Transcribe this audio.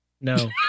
No